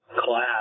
class